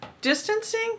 distancing